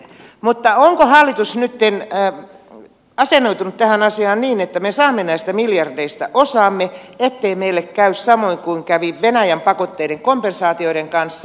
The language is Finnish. mutta onko hallitus nytten asennoitunut tähän asiaan niin että me saamme näistä miljardeista osamme ettei meille käy samoin kuin kävi venäjän pakotteiden kompensaatioiden kanssa